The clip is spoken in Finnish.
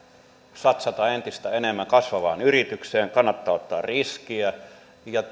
satsata entistä enemmän kasvavaan yritykseen kannattaa ottaa riskiä ja